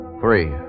Three